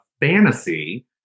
fantasy